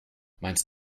meinst